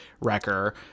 wrecker